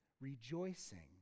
Rejoicing